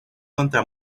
contra